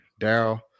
Daryl